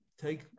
take